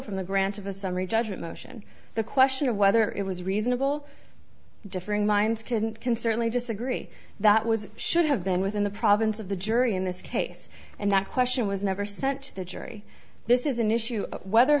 from the grant of a summary judgment motion the question of whether it was reasonable differing minds couldn't can certainly disagree that was should have been within the province of the jury in this case and that question was never sent to the jury this is an issue of whether